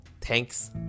Thanks